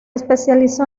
especializó